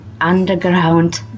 underground